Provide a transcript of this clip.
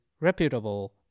reputable